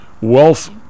wealth